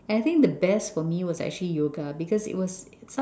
and I think the best for me was actually yoga because it was su~